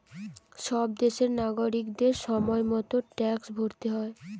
সব দেশেরই নাগরিকদের সময় মতো ট্যাক্স ভরতে হয়